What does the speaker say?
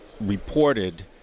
reported